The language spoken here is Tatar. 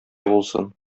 булсын